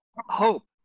hope